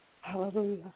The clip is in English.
Hallelujah